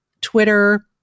Twitter